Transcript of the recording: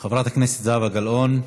חברת הכנסת זהבה גלאון,